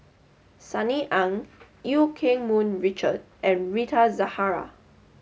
Sunny Ang Eu Keng Mun Richard and Rita Zahara